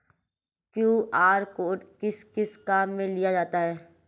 QR code किस किस काम में लिया जाता है?